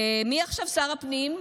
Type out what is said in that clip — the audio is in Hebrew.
מי עכשיו שר הפנים?